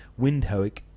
Windhoek